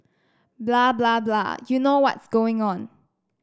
blah blah blah you know what's going on